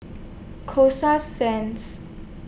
Coasta Sands